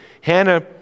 Hannah